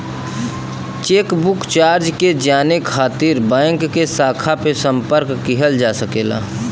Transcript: chequebook charge के जाने खातिर बैंक के शाखा पे संपर्क किहल जा सकला